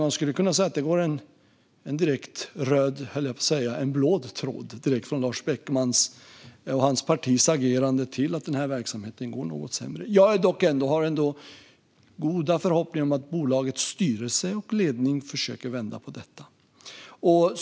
Man skulle kunna säga att det går en röd tråd - höll jag på att säga - en blå tråd direkt från Lars Beckmans och hans partis agerande till att den här verksamheten går något sämre. Jag har dock ändå goda förhoppningar om att bolagets styrelse och ledning försöker vända på detta.